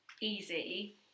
easy